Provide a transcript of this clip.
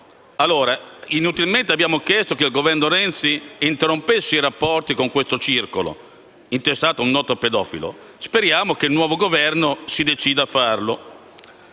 pedofilia. Inutilmente abbiamo chiesto che il Governo Renzi interrompesse i rapporti con questo circolo, intestato a un noto pedofilo: speriamo che il nuovo Governo si decida a farlo.